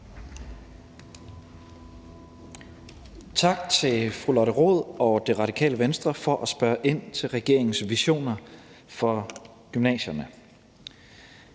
Tak til fru Lotte Rod og Radikale Venstre for at spørge ind til regeringens visioner for gymnasierne.